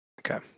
Okay